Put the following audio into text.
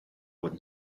would